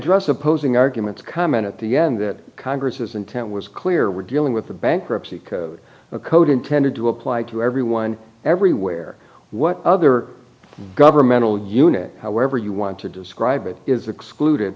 address opposing arguments comment at the end that congress is intent was clear we're dealing with a bankruptcy code a code intended to apply to everyone everywhere what other governmental unit however you want to describe it is exclu